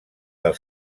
del